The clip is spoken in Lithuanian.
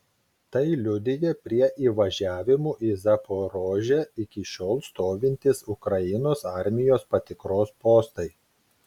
tai liudija prie įvažiavimų į zaporožę iki šiol stovintys ukrainos armijos patikros postai